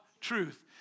Truth